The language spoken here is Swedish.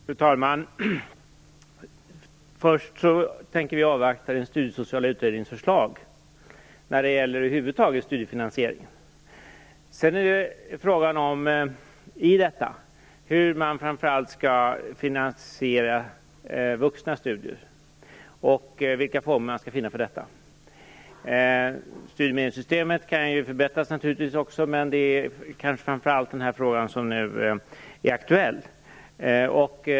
Fru talman! Först tänker vi avvakta den studiesociala utredningens förslag när det gäller studiefinansieringen över huvud taget. Sedan är frågan hur man i detta skall finansiera framför allt vuxnas studier och vilka former man kan finna för detta. Studiemedelssystemet kan naturligtvis förbättras, men det kanske framför allt är frågan om de vuxnas studier som nu är aktuell.